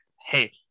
Hey